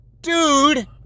Dude